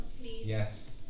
yes